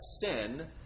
sin